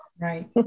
Right